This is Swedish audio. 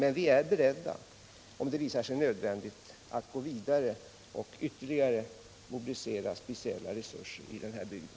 Men vi är beredda att, om det visar sig nödvändigt, gå vidare och ytterligare mobilisera speciella resurser i den här bygden.